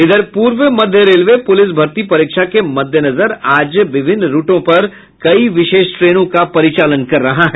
इधर पूर्व मध्य रेलवे पुलिस भर्ती परीक्षा के मद्देनजर आज विभिन्न रूटों पर कई विशेष ट्रेनों का परिचालन कर रहा है